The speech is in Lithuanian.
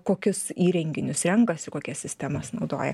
kokius įrenginius renkasi kokias sistemas naudoja